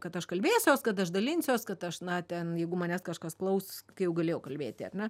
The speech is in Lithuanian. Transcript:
kad aš kalbėsiuos kad aš dalinsiuos kad aš na ten jeigu manęs kažkas klaus kai jau galėjau kalbėti ar ne